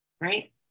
right